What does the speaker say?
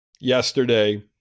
yesterday